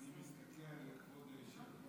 אדוני היושב-ראש, כבוד השר,